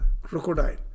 crocodile